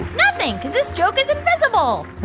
nothing because this joke is invisible